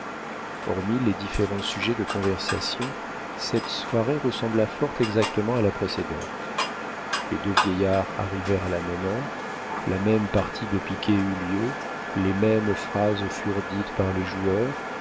hormis les différents sujets de conversation cette soirée ressembla fort exactement à la précédente les deux vieillards arrivèrent à la même heure la même partie de piquet eut lieu les mêmes phrases furent dites par les joueurs